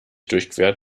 durchquert